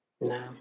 No